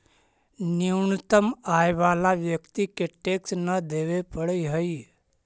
न्यूनतम आय वाला व्यक्ति के टैक्स न देवे पड़ऽ हई